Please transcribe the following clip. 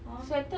!huh!